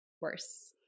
worse